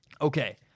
Okay